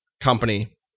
company